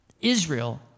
Israel